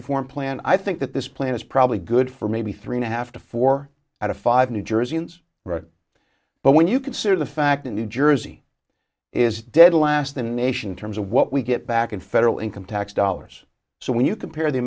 reform plan i think that this plan is probably good for maybe three and a half to four out of five new jerseyans right but when you consider the fact that new jersey is dead last in nation terms of what we get back in federal income tax dollars so when you compare the